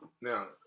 Now